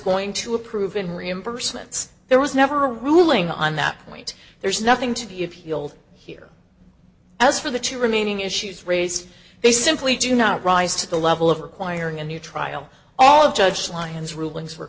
going to approve in reimbursements there was never a ruling on that point there's nothing to be appealed here as for the two remaining issues raised they simply do not rise to the level of requiring a new trial all judges lines rulings were